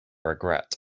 regret